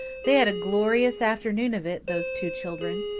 they had a glorious afternoon of it, those two children.